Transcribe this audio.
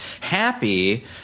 happy